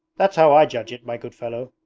that's how i judge it, my good fellow